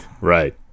Right